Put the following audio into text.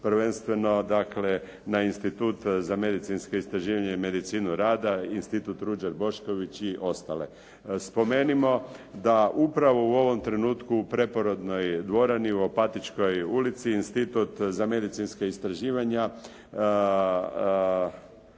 prvenstveno dakle na Institut za medicinsko istraživanje i medicinu rada, Institut Ruđer Bošković i ostale. Spomenimo da upravo u ovom trenutku u Preporodnoj dvorani u Opatičkoj ulici Institut za medicinska istraživanja